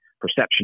perception